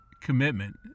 commitment